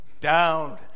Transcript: down